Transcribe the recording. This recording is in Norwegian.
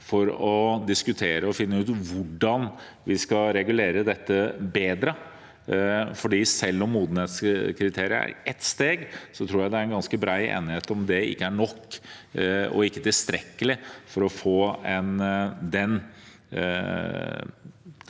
for å diskutere og finne ut hvordan vi skal regulere dette bedre. Selv om modenhetskriteriet er ett steg, tror jeg det er ganske bred enighet om at det ikke er nok og ikke tilstrekkelig for å få